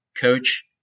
Coach